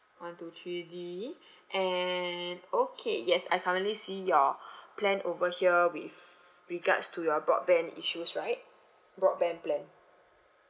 one two three D and okay yes I currently see your plan over here with regards to your broadband issues right broadband plan